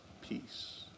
peace